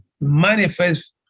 Manifest